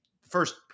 first